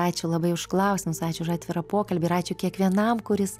ačiū labai už klausimus ačiū už atvirą pokalbį ir ačiū kiekvienam kuris